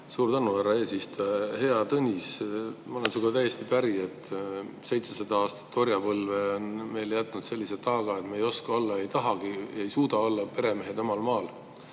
Suur tänu, härra eesistuja! Hea Tõnis! Ma olen sinuga täiesti päri, et 700 aastat orjapõlve on meile jätnud sellise taaga, et me ei oska, ei taha ega suudagi olla peremehed omal maal.